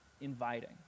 inviting